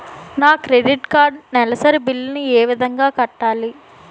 నా credit card నెలసరి bill ని ఏ విధంగా కట్టాలి?